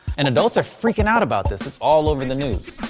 and adults are freaking out about this. it's all over the news.